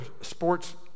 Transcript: sports